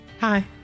Hi